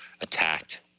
attacked